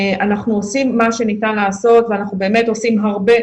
אנחנו עושים מה שניתן לעשות ואנחנו באמת עושים הרבה,